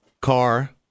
car